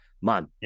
man